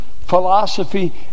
Philosophy